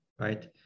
right